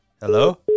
Hello